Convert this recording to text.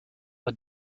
war